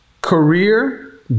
career